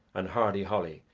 and hardy holly,